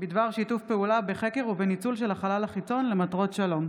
בדבר שיתוף פעולה בחקר ובניצול של החלל החיצון למטרות שלום.